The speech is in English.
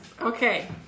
Okay